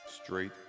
Straight